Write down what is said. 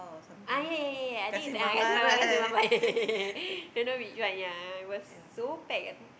ah ya ya ya ya ya I think is ah Kassim-Baba Kassim-Baba don't know which one ya it was so packed I think